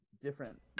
Different